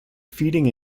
feeding